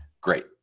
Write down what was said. Great